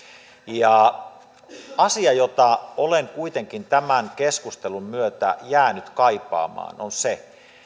asia jota olen kuitenkin tämän keskustelun myötä jäänyt kaipaamaan on se